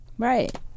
right